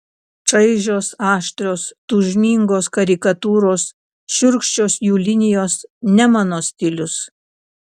čaižios aštrios tūžmingos karikatūros šiurkščios jų linijos ne mano stilius